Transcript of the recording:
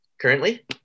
Currently